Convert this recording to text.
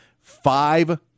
five